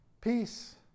Peace